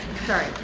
sorry.